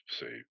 say